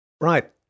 Right